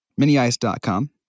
miniice.com